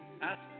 Ask